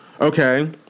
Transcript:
Okay